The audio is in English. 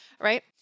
right